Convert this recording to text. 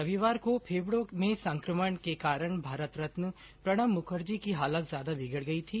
रविवार को फेफड़ों में संक्रमण के कारण भारत रत्न प्रणब मुखर्जी की हालत ज्यादा बिगड़ गई थी